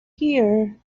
here